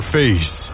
face